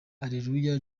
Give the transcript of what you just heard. areruya